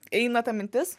eina ta mintis